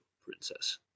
Princess